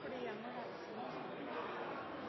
igjen med